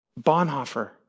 Bonhoeffer